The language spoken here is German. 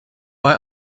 bei